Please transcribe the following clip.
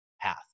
path